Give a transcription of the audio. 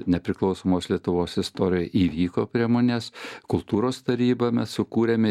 nepriklausomos lietuvos istorijoj įvyko prie manęs kultūros tarybą mes sukūrėme